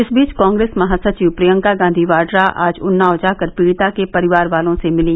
इस बीच कांग्रेस महासचिव प्रियंका गांधी वाड्रा आज उन्नाव जाकर पीड़िता के परिवार वालों से मिली